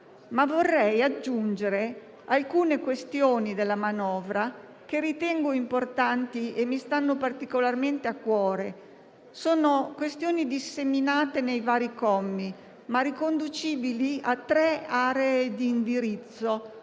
poi aggiungere alcune questioni della manovra che ritengo importanti e mi stanno particolarmente a cuore. Sono questioni disseminate nei vari commi, ma riconducibili a tre aree di indirizzo